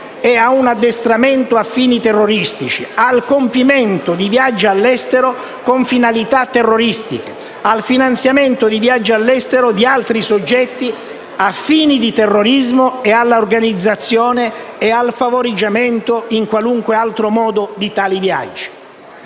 ad un addestramento a fini terroristici; al compimento di viaggi all'estero con finalità terroristiche, al finanziamento di viaggi all'estero di altri soggetti a fini di terrorismo e all'organizzazione e al favoreggiamento in qualunque altro modo di tali viaggi.